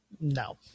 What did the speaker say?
No